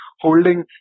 holding